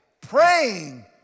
praying